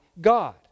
God